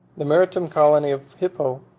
the maritime colony of hippo,